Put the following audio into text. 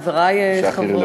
חברי חברי,